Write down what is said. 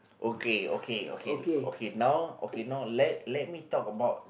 okay okay okay okay now okay now let let me talk about